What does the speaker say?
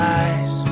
eyes